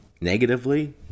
negatively